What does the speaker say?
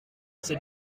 c’est